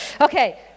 okay